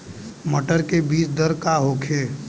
मटर के बीज दर का होखे?